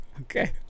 Okay